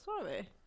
Sorry